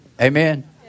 Amen